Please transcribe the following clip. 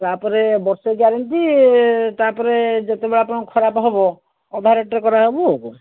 ତାପରେ ବର୍ଷେ ଗ୍ୟାରେଣ୍ଟି ତାପରେ ଯେତେବେଳେ ଆପଣଙ୍କ ଖରାପ ହେବ ଅଧା ରେଟ୍ରେ କରାହେବ ଆଉ କ'ଣ